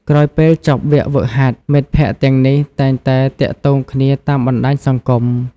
ក្រោយពេលចប់វគ្គហ្វឹកហាត់ មិត្តភក្តិទាំងនេះតែងតែទាក់ទងគ្នាតាមបណ្តាញសង្គម។